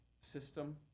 system